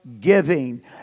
giving